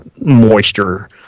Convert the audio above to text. moisture